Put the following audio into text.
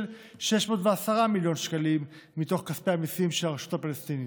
610 מיליון שקלים מתוך כספי המיסים של הרשות הפלסטינית.